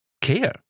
care